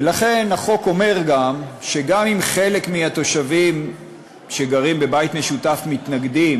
ולכן החוק אומר גם שגם אם חלק מהתושבים שגרים בבית משותף מתנגדים,